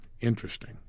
interesting